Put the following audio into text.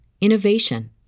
innovation